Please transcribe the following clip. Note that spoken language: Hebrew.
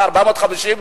את ה-450,000,